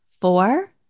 four